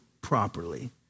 properly